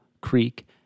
Creek